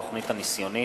התוכנית הניסיונית),